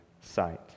sight